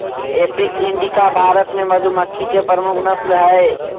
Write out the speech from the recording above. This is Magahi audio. एपिस इंडिका भारत मे मधुमक्खी के प्रमुख नस्ल हय